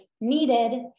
needed